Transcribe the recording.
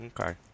Okay